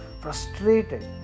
frustrated